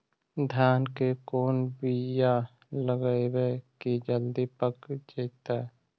धान के कोन बियाह लगइबै की जल्दी पक जितै?